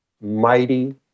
mighty